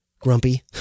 grumpy